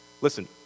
Listen